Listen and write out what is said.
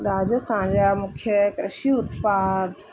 राजस्थान जा मुख्य कृषि उत्पाद